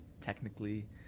technically